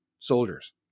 Soldiers